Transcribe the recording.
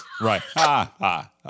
Right